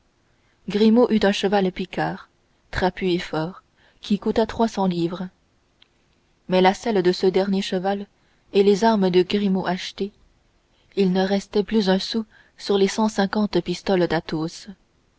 grimaud eut un cheval picard trapu et fort qui coûta trois cents livres mais la selle de ce dernier cheval et les armes de grimaud achetées il ne restait plus un sou des cent cinquante pistoles d'athos